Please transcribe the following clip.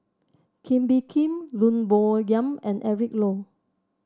Kee Bee Khim Lim Bo Yam and Eric Low